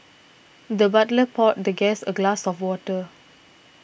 the butler poured the guest a glass of water